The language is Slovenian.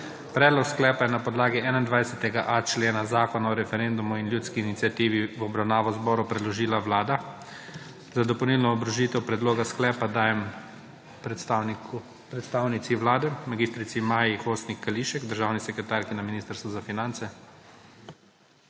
Predlog sklepa je na podlagi 21.a člena Zakona o referendumu in ljudski iniciativi v obravnavo zboru predložila Vlada. Za dopolnilno obrazložitev predloga sklepa dajem predstavnici Vlade mag. Maji Hostnik Kališek, državni sekretarki na Ministrstvu za finance.